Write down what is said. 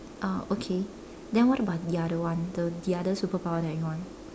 uh okay then what about the other one the the other superpower that you want